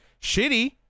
Shitty